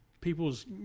people's